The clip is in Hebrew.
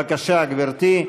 בבקשה, גברתי.